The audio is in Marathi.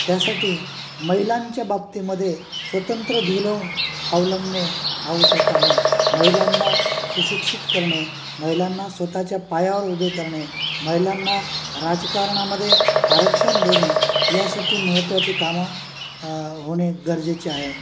त्यासाठी महिलांच्या बाबतीमध्ये स्वतंत्र धोरण अवलंबणे आवश्यक आहे महिलांना सुशिक्षित करणे महिलांना स्वतःच्या पायावर उभे करणे महिलांना राजकारणामध्ये आरक्षण देणे यासाठी महत्त्वाचे कामं होणे गरजेचे आहे